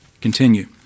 continue